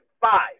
five